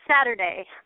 Saturday